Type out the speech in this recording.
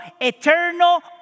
eternal